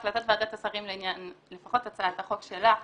החלטת ועדת השרים לעניין הצעת החוק שלך,